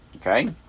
Okay